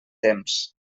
temps